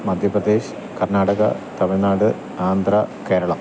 Madhya Pradesh Karnataka Tamil Nadu Andhra Keralam